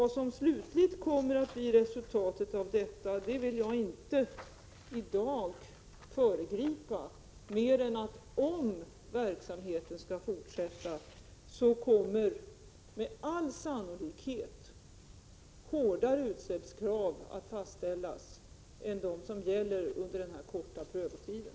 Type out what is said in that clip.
Det slutliga resultatet av denna prövning vill jag inte i dag föregripa mer än genom att säga att om verksamheten skall fortsätta, kommer med all sannolikhet hårdare utsläppskrav att fastställas än de som gäller under den här korta prövotiden.